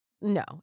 No